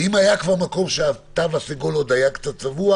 ואם היה כבר מקום שהתו הסגול עוד היה קצת צבוע